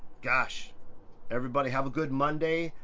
gosh everybody, have a good monday.